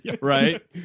right